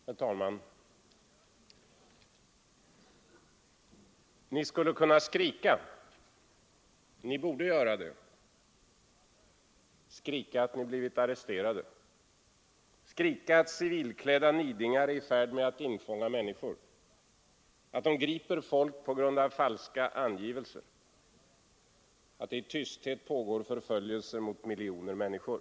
Nr 14 | Herr talman! ”Ni skulle kunna skrika; ni borde göra det Skrika, att Onsdagen den ni blivit arresterade! Skrika att civilklädda nidingar är i färd med att 30 januari 1974 infånga människor! Att de griper folk på grund av falska angivelser! Att ——— det i tysthet pågår förföljelser mot miljoner människor!